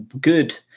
good